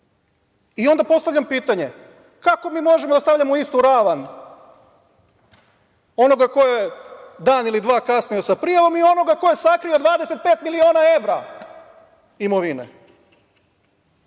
sebe. Onda postavljam pitanje, kako mi možemo da stavljamo u istu ravan onoga ko je dan ili dva kasnio sa prijavom i onog ko je sakrio 25 miliona evra imovine.